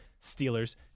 Steelers